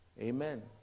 Amen